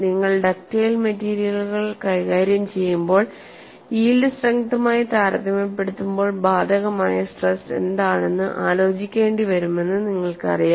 നിങ്ങൾ ഡക്റ്റൈൽ മെറ്റീരിയലുകൾ കൈകാര്യം ചെയ്യുമ്പോൾ യീൽഡ് സ്ട്രെങ്തുമായി താരതമ്യപ്പെടുത്തുമ്പോൾ ബാധകമായ സ്ട്രെസ് എന്താണെന്ന് ആലോചിക്കേണ്ടി വരുമെന്ന് നിങ്ങൾക്കറിയാം